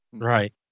Right